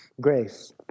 grace